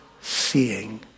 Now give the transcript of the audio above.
seeing